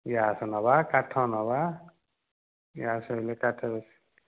gas ନେବା କାଠ ନେବା ଗ୍ୟାସ ହେଲେ କାଠ